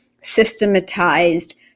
systematized